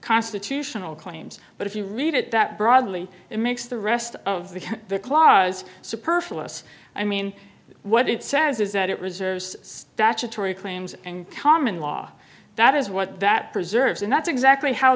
constitutional claims but if you read it that broadly it makes the rest of the clause superfluous i mean what it says is that it reserves statutory claims and common law that is what that preserves and that's exactly how